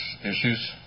issues